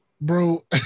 Bro